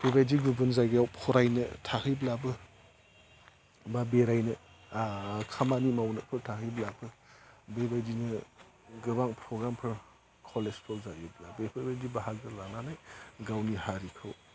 बेबायदि गुबुन जायगायाव फरायनो थाहैब्लाबो एबा बेरायनो खामानि मावनोफोर थाहैब्लाबो बेबायदिनो गोबां प्रग्रामफोर कलेजफ्राव जायोब्ला बेफोरबायदि बाहागो लानानै गावनि हारिखौ